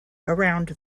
around